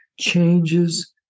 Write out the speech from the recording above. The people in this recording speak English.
changes